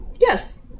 Yes